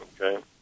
Okay